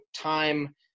time